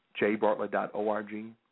jbartlett.org